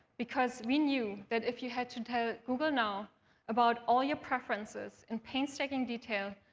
because we knew that if you had to tell google now about all your preferences in painstaking detail,